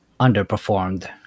underperformed